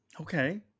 Okay